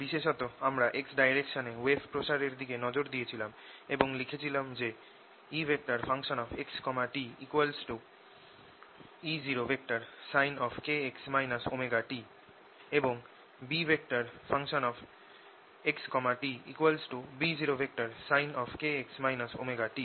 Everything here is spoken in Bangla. বিশেষত আমরা x ডাইরেকশনে ওয়েভ প্রসারের দিকে নজর দিয়েছিলাম এবং লিখেছিলাম যে Ext E0sin⁡kx ωt এবং Bxt B0sin⁡kx ωt